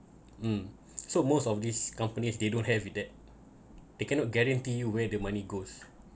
mm so most of these companies they don't have that they cannot guarantee you where the money goes